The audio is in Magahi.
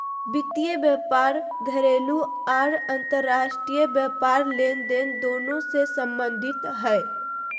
वित्त व्यापार घरेलू आर अंतर्राष्ट्रीय व्यापार लेनदेन दोनों से संबंधित हइ